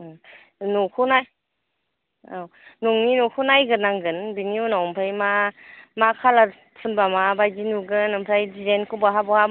न'खौ नाय औ नोंनि न'खौ नायगोरनांगोन बिनि उनाव मा मा खालार फुनबा माबायदि नुगोन आमफ्राय दिजाइनखौ बहा बहा